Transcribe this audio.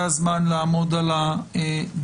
זה הזמן לעמוד על הדברים.